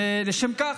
ולשם כך,